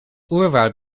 oerwoud